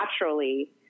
naturally